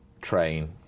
train